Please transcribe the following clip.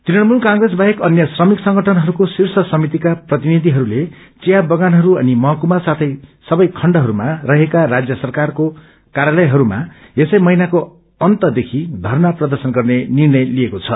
तृणमूल कंग्रेस बाहेक अन्य श्रमिक संगठनहरूको श्रीर्ष यमितिका प्रतिनिधिहरूले विया बगानहरू अनि महकुमा साथै सबै खण्डहरूमा रहेको राज्य सरकारको कार्यालयहरूमा यसै महिनाको अन्त देखि धरणा प्रर्दशन गर्ने निर्णय लिएको छ